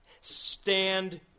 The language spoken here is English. stand